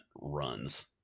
runs